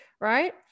right